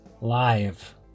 live